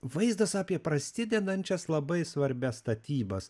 vaizdas apie prasidedančias labai svarbias statybas